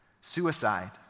Suicide